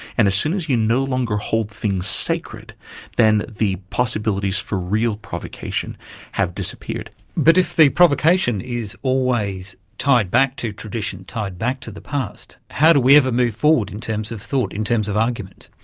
and as soon as you no longer hold things sacred then the possibilities for real provocation have disappeared. but if the provocation is always tied back to tradition, tied back to the past, how do we ever move forward in terms of thought, in terms of argument?